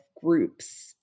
groups